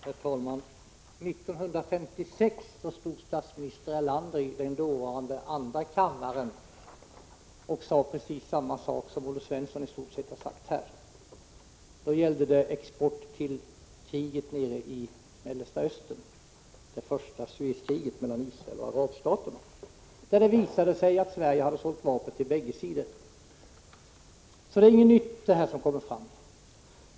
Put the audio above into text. Herr talman! År 1956 stod statsminister Erlander i dåvarande andra kammaren och sade precis samma sak som Olle Svensson i stort sett har sagt här. Då gällde det export till Mellersta Östern under det första Suezkriget mellan Israel och arabstaterna, och det visade sig att Sverige hade sålt vapen till bägge sidor. Det som nu kommer fram är alltså ingenting nytt.